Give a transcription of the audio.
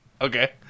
Okay